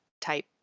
type